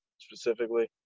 specifically